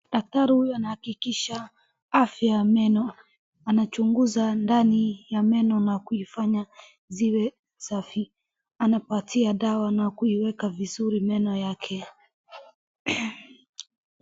Daktari huyu anahakikisha afya ya meno. anachunguza ndani ya meno na kuifanya ziwe safi. Aanapatia dawa na kuiweka vizuri meno yake.